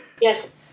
yes